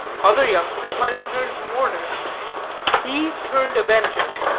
other youngsters might have turned mourners he turned avenger.